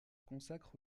consacre